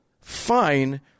Fine